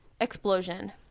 explosion